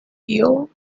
eel